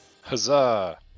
Huzzah